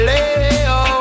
Leo